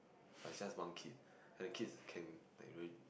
like just one kid and the kids can